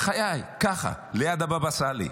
בחיי, ככה, ליד הבאבא סאלי.